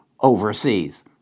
overseas